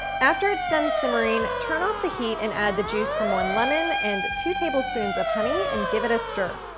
after it's done simmering, turn off the heat and add the juice from one lemon and two tablespoons of honey and give it a stir.